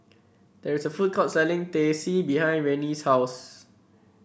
there is a food court selling Teh C behind Rennie's house